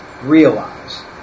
realize